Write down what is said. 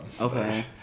Okay